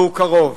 והוא קרוב,